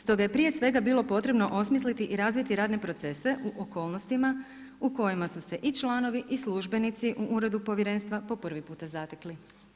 Stoga je prije svega bilo potrebno osmisliti i razviti radne procese u okolnostima u kojima su se i članovi i službenici u Uredu povjerenstva po prvi puta zatekli.